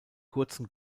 kurzen